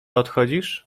odchodzisz